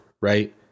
right